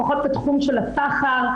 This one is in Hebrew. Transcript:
לפחות בתחום של הסחר,